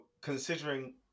considering